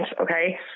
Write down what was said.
okay